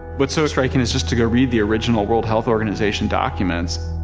what's so striking is just to go read the original world health organization documents,